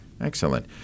Excellent